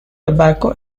tobacco